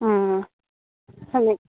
सम्यक्